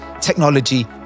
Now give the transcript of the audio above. technology